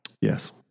Yes